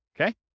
okay